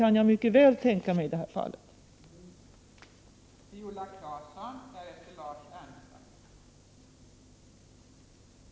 Jag kan mycket väl tänka mig att så blir fallet i detta 35 sammanhang.